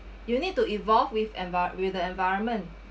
you need to evolve with envi~ with the environment